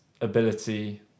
ability